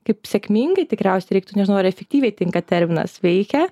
kaip sėkmingai tikriausiai reiktų nežinau ar efektyviai tinka terminas veikia